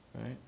Right